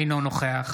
אינו נוכח